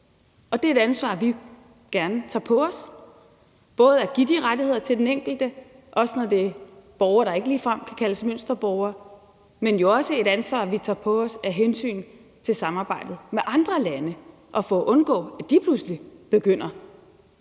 Det er et ansvar, vi gerne tager på os, både at give de rettigheder til den enkelte, også når det er borgere, der ikke ligefrem kan kaldes mønsterborgere, men jo også et ansvar, vi tager på os af hensyn til samarbejdet med andre lande og for at undgå, at de pludselig begynder